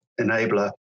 enabler